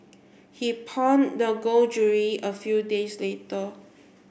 he pawned the gold jewellery a few days later